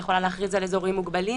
היא יכולה להכריז על אזורים מוגבלים,